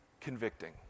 convicting